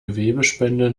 gewebespende